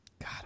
God